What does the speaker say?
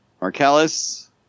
Marcellus